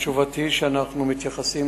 תשובתי היא שאנחנו מתייחסים